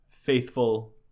faithful